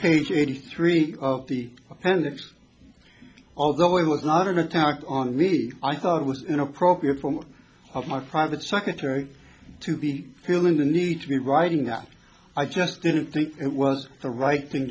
eighty three of the appendix although it was not an attack on me i thought it was an appropriate form of my private secretary to be feeling the need to be writing that i just didn't think it was the right thing